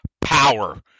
power